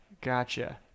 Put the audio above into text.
Gotcha